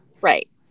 Right